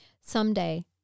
Someday